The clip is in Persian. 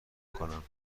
کنم